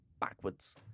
backwards